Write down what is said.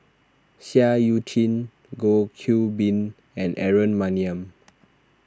Seah Eu Chin Goh Qiu Bin and Aaron Maniam